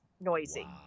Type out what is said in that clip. noisy